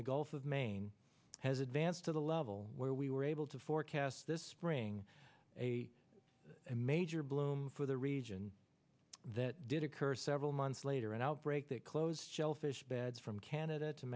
the gulf of maine has advanced to the level where we were able to forecast this spring a major bloom for the region that did occur several months later an outbreak that close shellfish beds from canada to